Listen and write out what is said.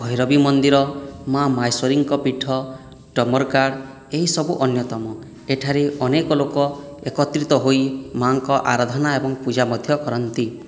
ଭୈରବୀ ମନ୍ଦିର ମା' ମହେଶ୍ୱରୀଙ୍କ ପୀଠ ଏହିସବୁ ଅନ୍ୟତମ ଏଠାରେ ଅନେକ ଲୋକ ଏକତ୍ରିତ ହୋଇ ମା'ଙ୍କ ଆରାଧନା ଏବଂ ପୂଜା ମଧ୍ୟ କରନ୍ତି